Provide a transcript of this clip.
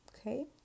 okay